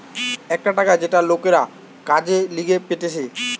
একটা টাকা যেটা লোকরা কাজের লিগে পেতেছে